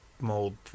mold